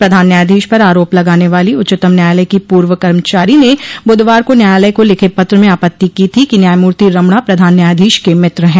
प्रधान न्यायाधीश पर आरोप लगाने वाली उच्चतम न्यायालय की पूर्व कर्मचारी ने बुधवार को न्यायालय को लिखे पत्र में आपत्ति की थी कि न्यायमूर्ति रमणा प्रधान न्यायाधीश के मित्र हैं